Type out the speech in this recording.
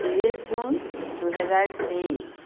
ত্ৰিছ জুন দুহেজাৰ তেইছ